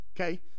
okay